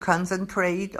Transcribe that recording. concentrate